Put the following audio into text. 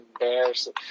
embarrassing